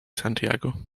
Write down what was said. santiago